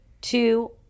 two